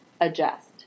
adjust